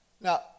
Now